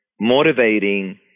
motivating